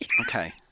okay